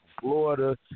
Florida